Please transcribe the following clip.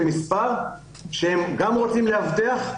שהם גם רוצים לאבטח,